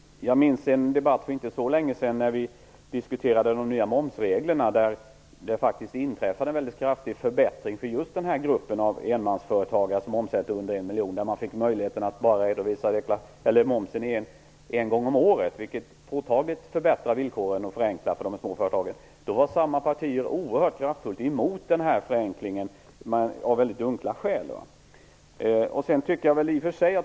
Jag minns en debatt för inte så länge sedan där vi diskuterade de nya momsreglerna. Det infördes en väldigt kraftig förbättring för gruppen enmansföretagare som omsätter under en miljon. De fick möjligheten att redovisa momsen bara en gång om året, vilket påtagligt förbättrade villkoren och förenklade för småföretagen. Då var samma partier oerhört kraftfullt emot den förenklingen av väldigt dunkla skäl.